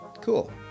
Cool